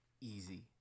easy